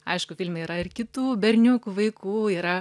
aišku filme yra ir kitų berniukų vaikų yra